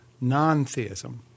non-theism